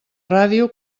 ràdio